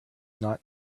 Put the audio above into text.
not